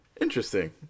Interesting